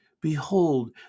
Behold